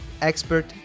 expert